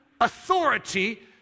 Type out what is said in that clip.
authority